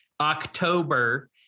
October